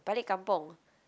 balik-kampung